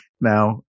now